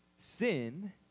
Sin